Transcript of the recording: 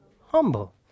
humble